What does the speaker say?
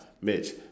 mitch